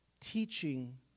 teaching